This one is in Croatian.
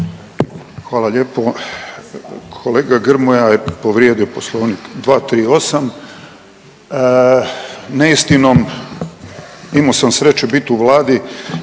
Hvala lijepo. Kolega Grmoja je povrijedio poslovnik 238. neistinom, imao sam sreće bit u Vladi